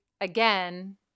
again